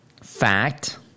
fact